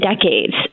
decades